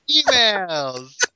Emails